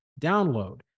download